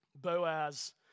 Boaz